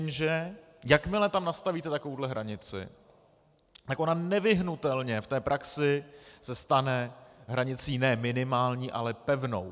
Jenže jakmile tam nastavíte takovouhle hranici, tak ona nevyhnutelně v té praxi se stane hranicí ne minimální, ale pevnou.